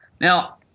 Now